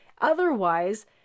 Otherwise